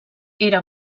era